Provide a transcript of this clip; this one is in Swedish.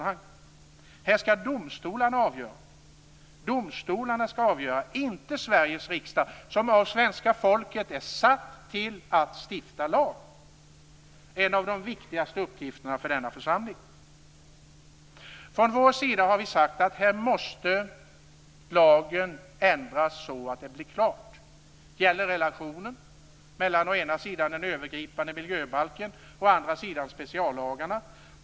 Här skall domstolarna avgöra, inte Sveriges riksdag som av svenska folket är satt till att stifta lag, en av de viktigaste uppgifterna för denna församling. Vi har sagt att lagen måste ändras så att det hela blir klart. Det gäller relationen mellan å ena sidan den övergripande miljöbalken och å andra sida speciallagarna.